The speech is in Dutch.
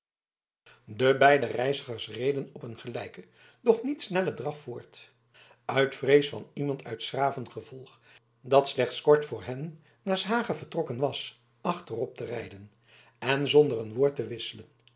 de beide reizigers reden op een gelijken doch niet snellen draf voort uit vrees van iemand uit s graven gevolg dat slechts kort voor hen naar s hage vertrokken was achterop te rijden en zonder een woord te wisselen